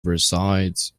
resides